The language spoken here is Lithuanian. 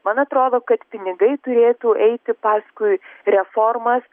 man atrodo kad pinigai turėtų eiti paskui reformas